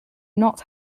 not